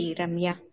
ramya